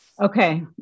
Okay